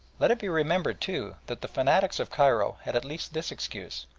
let it be remembered, too, that the fanatics of cairo had at least this excuse,